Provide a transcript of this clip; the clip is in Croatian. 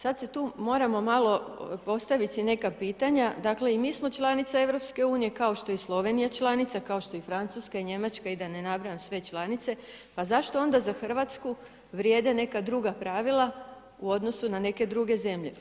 Sada se tu moramo malo, postaviti si neka pitanja, dakle i mi smo članica EU, kao što je i Slovenija članica, kao što je Francuska, Njemačka i da ne nabrajam sve članice, pa zašto onda za Hrvatsku vrijede neka druga pravila u odnosu na neke druge zemlje.